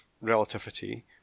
relativity